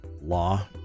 law